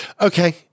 Okay